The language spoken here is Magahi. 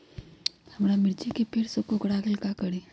हमारा मिर्ची के पेड़ सब कोकरा गेल का करी?